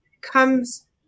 comes